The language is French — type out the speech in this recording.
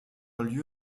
lieu